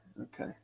Okay